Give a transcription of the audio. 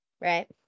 right